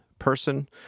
person